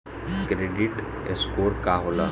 Credit score का होला?